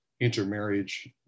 intermarriage